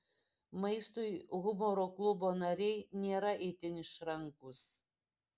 maistui humoro klubo nariai nėra itin išrankūs